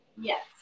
Yes